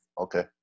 Okay